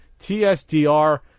TSDR